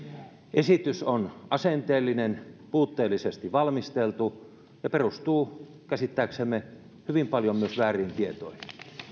esitys on asenteellinen puutteellisesti valmisteltu ja perustuu käsittääksemme hyvin paljon myös vääriin tietoihin